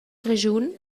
grischun